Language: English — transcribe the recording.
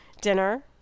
dinner